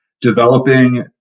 developing